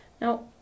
Now